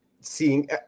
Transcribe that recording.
seeing